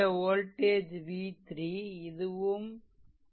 இந்த voltage v3 இதுவும் 3